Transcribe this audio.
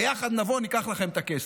ביחד נבוא, ניקח לכם את הכסף.